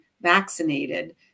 vaccinated